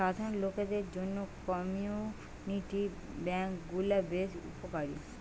সাধারণ লোকদের জন্য কমিউনিটি বেঙ্ক গুলা বেশ উপকারী